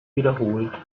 wiederholt